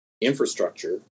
infrastructure